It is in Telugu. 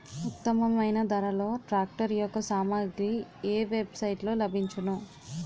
ఉత్తమమైన ధరలో ట్రాక్టర్ యెక్క సామాగ్రి ఏ వెబ్ సైట్ లో లభించును?